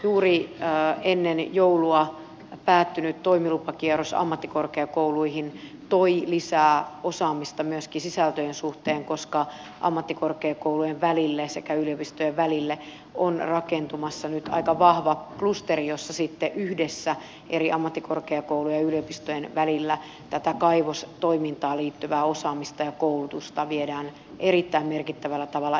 juuri ennen joulua päättynyt toimilupakierros ammattikorkeakouluihin toi lisää osaamista myöskin sisältöjen suhteen koska ammattikorkeakoulujen välille sekä yliopistojen välille on rakentumassa nyt aika vahva klusteri jossa sitten yhdessä eri ammattikorkeakoulujen ja yliopistojen välillä tätä kaivostoimintaan liittyvää osaamista ja koulutusta viedään erittäin merkittävällä tavalla eteenpäin